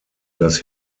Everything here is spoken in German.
das